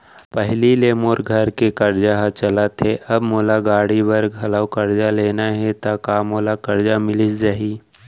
पहिली ले मोर घर के करजा ह चलत हे, अब मोला गाड़ी बर घलव करजा लेना हे ता का मोला करजा मिलिस जाही?